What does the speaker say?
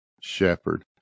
shepherd